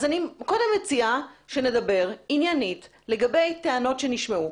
אני מציעה שנדבר עניינית לגבי טענות שנשמעו.